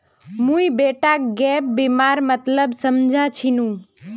मुई बेटाक गैप बीमार मतलब समझा छिनु